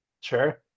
Sure